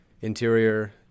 interior